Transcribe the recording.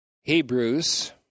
Hebrews